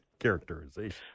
characterization